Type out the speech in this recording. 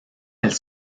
elles